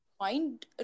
mind